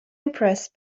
impressed